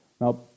Now